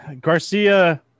Garcia